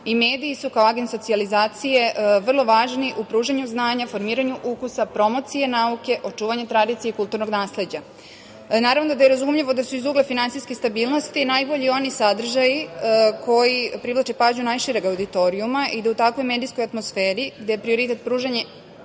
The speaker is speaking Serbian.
i mediji su kao agens socijalizacije vrlo važni u pružanju znanja, formiranju ukusa, promocije nauke, očuvanja tradicije i kulturnog nasleđa. Naravno da je razumljivo da su iz ugla finansijske stabilnosti najbolji oni sadržaji koji privlače pažnju najšireg auditorijuma i da u takvoj medijskoj atmosferi, gde je prioritet pružanje